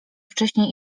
wcześniej